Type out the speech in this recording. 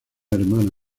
hermana